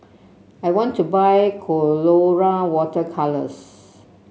I want to buy Colora Water Colours